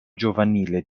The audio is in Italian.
giovanile